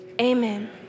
amen